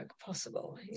possible